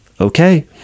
okay